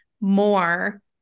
more